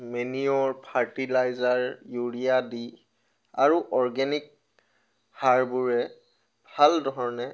manure fertilizer urea দি আৰু organic সাৰবোৰে ভাল ধৰণে